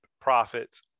profits